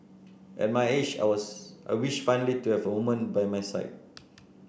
at my age I was I wish finally to have a woman by my side